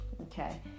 Okay